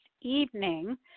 evening